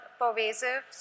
pervasive